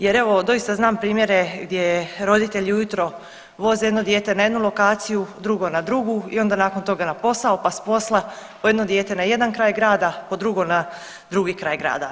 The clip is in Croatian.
Jer evo doista znam primjere gdje roditelji u jutro voze jedno dijete na jednu lokaciju, drugo na drugu i onda nakon toga na posao, pa s posla po jedno dijete na jedan kraj grada, po drugo na drugi kraj grada.